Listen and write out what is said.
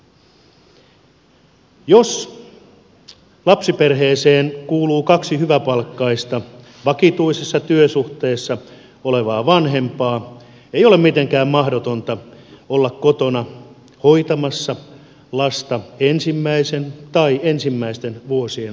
jos lapsiperheeseen kuuluu kaksi hyväpalkkaista vakituisessa työsuhteessa olevaa vanhempaa ei ole mitenkään mahdotonta olla kotona hoitamassa lasta ensimmäisen tai ensimmäisten vuosien ajan